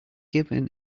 given